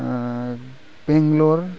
Bangalore